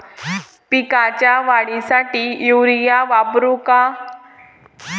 पिकाच्या वाढीसाठी युरिया वापरू का?